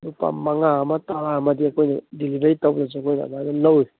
ꯂꯨꯄꯥ ꯃꯉꯥ ꯑꯃ ꯇꯔꯥ ꯑꯃꯗꯤ ꯑꯩꯈꯣꯏꯅ ꯗꯦꯂꯤꯚꯔꯤ ꯇꯧꯕꯁꯦ ꯑꯩꯈꯣꯏꯅ ꯑꯗꯨꯃꯥꯏꯅ ꯂꯧꯋꯤ